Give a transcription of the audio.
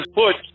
put